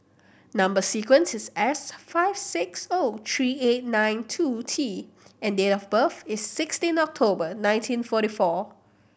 number sequence is S five six O three eight nine two T and date of birth is sixteen October nineteen forty four